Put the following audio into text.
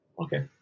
Okay